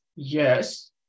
Yes